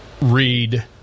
read